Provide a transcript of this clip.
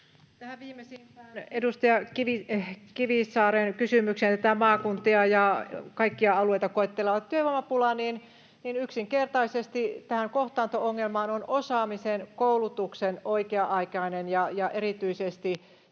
viimeisimpään, edustaja Kivisaaren kysymykseen maakuntia ja kaikkia alueita koettelevasta työvoimapulasta: Yksinkertaisesti tähän kohtaanto-ongelmaan ratkaisu on osaamisen ja koulutuksen oikea-aikaisuus ja erityisesti sinne